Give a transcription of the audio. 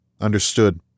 Understood